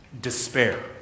despair